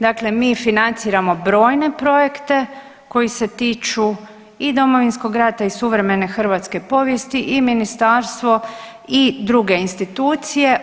Dakle, mi financiramo brojne projekte koji se tiču i Domovinskog rata i suvremene hrvatske povijesti i ministarstvo i druge institucije.